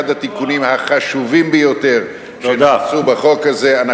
אחד התיקונים החשובים ביותר שנעשו בחוק הזה.